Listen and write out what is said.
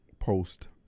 post